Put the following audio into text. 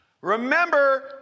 Remember